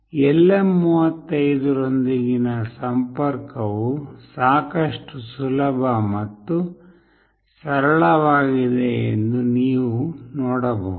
LM35 ರೊಂದಿಗಿನ ಸಂಪರ್ಕವು ಸಾಕಷ್ಟು ಸುಲಭ ಮತ್ತು ಸರಳವಾಗಿದೆ ಎಂದು ನೀವು ನೋಡಬಹುದು